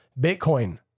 Bitcoin